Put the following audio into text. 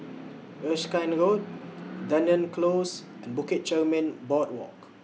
Erskine Road Dunearn Close and Bukit Chermin Boardwalk